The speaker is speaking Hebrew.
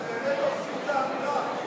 אתם באמת הורסים את האווירה.